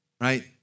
Right